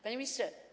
Panie Ministrze!